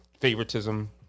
favoritism